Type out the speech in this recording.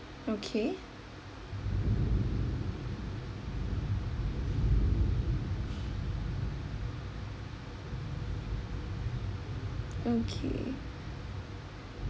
okay okay